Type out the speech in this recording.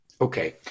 Okay